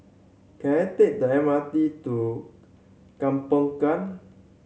can I take the M R T to